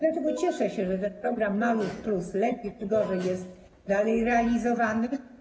Dlatego cieszę się, że ten program „Maluch+” lepiej czy gorzej jest dalej realizowany.